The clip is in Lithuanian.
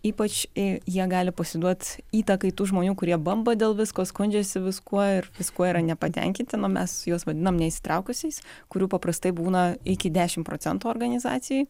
ypač jie gali pasiduot įtakai tų žmonių kurie bamba dėl visko skundžiasi viskuo ir viskuo yra nepatenkinti nu mes juos vadinam neįtraukusiais kurių paprastai būna iki dešimt procentų organizacijoj